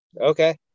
okay